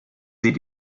sieht